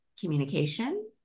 communication